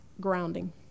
grounding